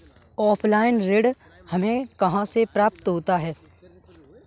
Offline ऋण हमें कहां से प्राप्त होता है?